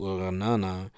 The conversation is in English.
Uranana